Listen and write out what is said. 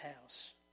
house